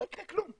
לא יקרה כלום,